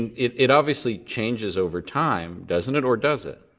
it it obviously changes over time, doesn't it or does it?